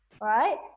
right